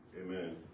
Amen